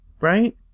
right